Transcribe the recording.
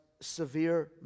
severe